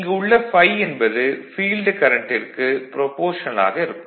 இங்கு உள்ள ∅ என்பது ஃபீல்டு கரண்ட்டிற்கு ப்ரபோஷனல் ஆக இருக்கும்